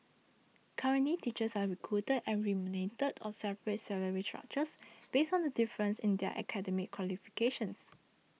currently teachers are recruited and remunerated on separate salary structures based on the difference in their academic qualifications